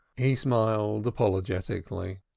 he smiled apologetically.